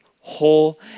whole